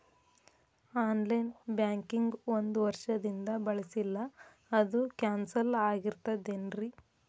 On line banking ಒಂದ್ ವರ್ಷದಿಂದ ಬಳಸಿಲ್ಲ ಅದು ಕ್ಯಾನ್ಸಲ್ ಆಗಿರ್ತದೇನ್ರಿ?